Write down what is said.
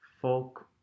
folk